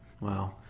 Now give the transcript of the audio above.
Wow